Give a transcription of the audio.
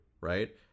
right